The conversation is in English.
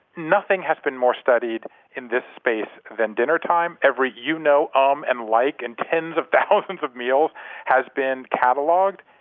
nothing has been more studied in this space than dinner time. every you know, um and like in and tens of thousands of meals has been cataloged,